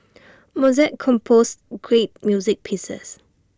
Mozart composed great music pieces